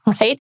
right